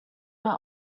were